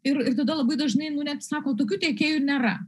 ir ir tada labai dažnai nu net sako tokių tiekėjų nėra